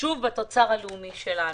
חשוב בתוצר הלאומי שלנו.